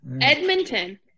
Edmonton